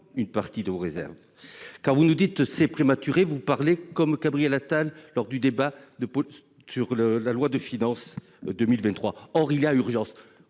une partie de vos réserves. Quand vous nous dites c'est prématuré. Vous parlez comme Gabriel Attal lors du débat de sur le, la loi de finances 2023. Or il y a urgence